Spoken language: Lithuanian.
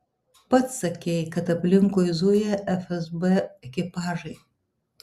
pats sakei kad aplinkui zuja fsb ekipažai